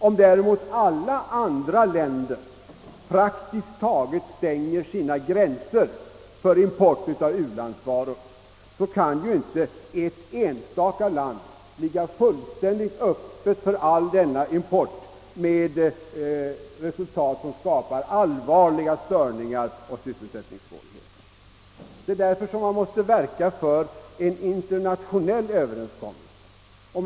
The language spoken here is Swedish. Om däremot alla andra länder praktiskt taget stänger sina gränser för import av u-landsvaror, så kan nte ett enstaka land ligga fullständigt Appet för hela denna import, med resultat att det blir allvarliga störningar och sysselsättningssvårigheter i detta land. Det är därför som man måste verka för internationella överenskommelser.